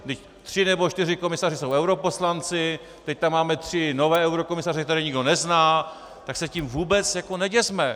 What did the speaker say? Vždyť tři nebo čtyři komisaři jsou europoslanci, teď tam máme tři nové eurokomisaře, které nikdo nezná, tak se tím vůbec neděsme!